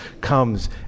comes